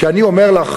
כי אני אומר לך,